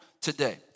today